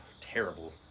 Terrible